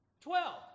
Twelve